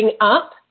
up